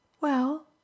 Well